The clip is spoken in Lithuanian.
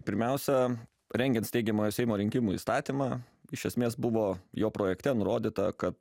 pirmiausia rengiant steigiamojo seimo rinkimų įstatymą iš esmės buvo jo projekte nurodyta kad